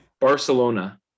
Barcelona